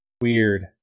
Weird